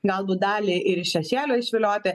galbūt dalį ir iš šešėlio išvilioti